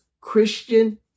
Christian